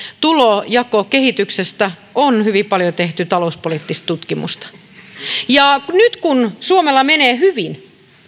tulojakokehityksestä on hyvin paljon tehty talouspoliittista tutkimusta nyt kun suomella menee hyvin